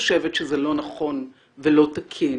חושבת שזה לא נכון ולא תקין,